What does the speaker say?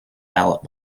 ballot